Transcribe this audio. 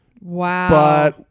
Wow